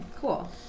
Cool